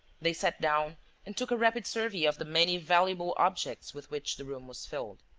they sat down and took a rapid survey of the many valuable objects with which the room was filled.